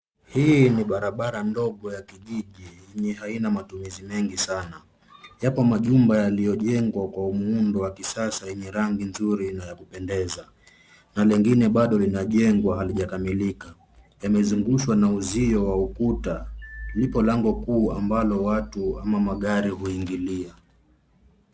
Hii ni barabara ndogo ya kijiji, yenye haina matumizi mengi sana. Yapo majumba yaliyojengwa kwa muundo wa kisasa yenye rangi nzuri na ya kupendeza, na lingine bado linajengwa halijakamilika. Yamezungushwa na uzio wa ukuta, lipo lango kuu ambalo watu ama magari uingilia.